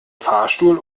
fahrstuhl